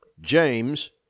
James